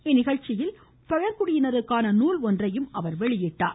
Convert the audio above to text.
இந்நிகழ்ச்சியில் பழங்குடியினருக்கான நூல் ஒன்றையும் அவர் வெளியிட்டார்